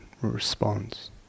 response